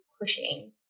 pushing